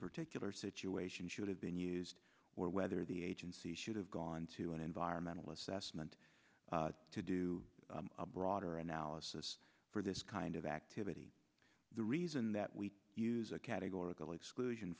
particular situation should have been used or whether the agency should have gone to an environmental assessment to do a broader analysis for this kind of activity the reason that we use a categorical exclusion